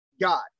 God